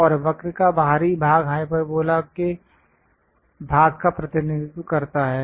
और वक्र का बाहरी भाग हाइपरबोला के भाग का प्रतिनिधित्व करता है